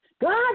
God